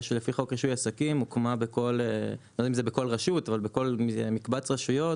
לפי חוק רישוי עסקים הוקמה בכל רשות או מקבץ רשויות